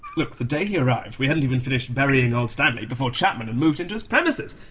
look, the day he arrived, we hadn't even finished burying old stanley before chapman had moved into his premises!